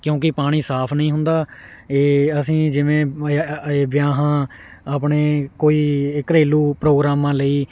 ਕਿਉਂਕਿ ਪਾਣੀ ਸਾਫ਼ ਨਹੀਂ ਹੁੰਦਾ ਇਹ ਅਸੀਂ ਜਿਵੇਂ ਵਿਆਹਾਂ ਆਪਣੇ ਕੋਈ ਘਰੇਲੂ ਪ੍ਰੋਗਰਾਮਾਂ ਲਈ